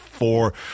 Four